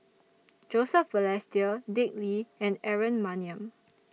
Joseph Balestier Dick Lee and Aaron Maniam